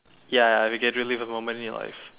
ya if you can relive a moment in your life